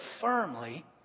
firmly